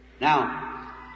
Now